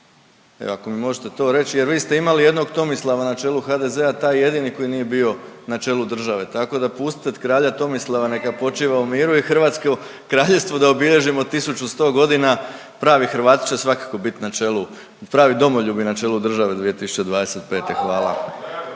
ako mi možete to reći? Jer vi ste imali jednog Tomislava na čelu HDZ-a taj jedini koji nije bio na čelu države. Tako da pustite kralja Tomislava neka počiva u miru i Hrvatsko kraljevstvo da obilježimo 1100 godina pravi Hrvati će svakako bit na čelu, pravi domoljubi na čelu države 2025.. Hvala.